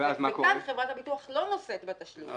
וכאן חברת הביטוח לא נושאת בתשלום.